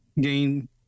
gain